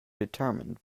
determined